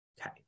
Okay